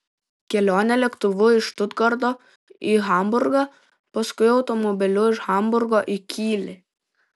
kelionė lėktuvu iš štutgarto į hamburgą paskui automobiliu iš hamburgo į kylį